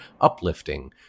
uplifting